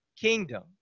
kingdom